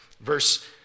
Verse